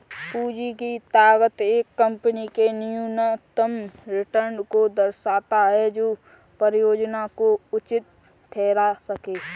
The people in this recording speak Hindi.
पूंजी की लागत एक कंपनी के न्यूनतम रिटर्न को दर्शाता है जो परियोजना को उचित ठहरा सकें